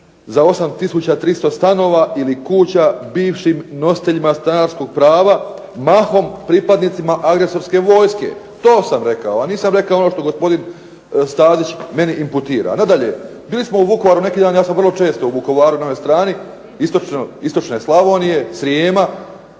za 8300 stanova ili kuća bivšim nositeljima stanarskog prava mahom pripadnicima agresorske vojske. To sam rekao, a nisam rekao ono što gospodin Stazić meni imputira. Nadalje, bili smo u Vukovaru neki dan. Ja sam vrlo često u Vukovaru na onoj strani istočne Slavonije, Srijema.